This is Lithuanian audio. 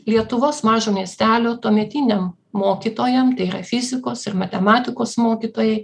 lietuvos mažo miestelio tuometiniam mokytojam tai yra fizikos ir matematikos mokytojai